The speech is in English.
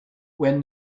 when